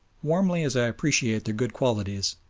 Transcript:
warmly as i appreciate their good qualities,